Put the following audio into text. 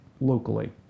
locally